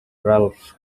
ralph